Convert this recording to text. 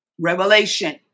Revelation